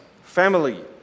family